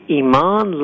iman